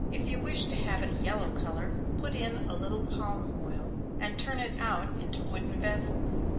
if you wish to have it a yellow color, put in a little palm oil, and turn it out into wooden vessels.